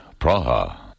Praha